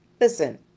listen